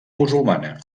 musulmana